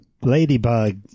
ladybug